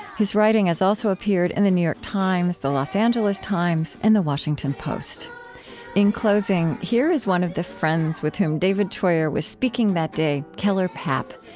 his writing has also appeared in the new york times, the los angeles times, and the washington post in closing, here is one of the friends with whom david treuer was speaking that day, keller paap,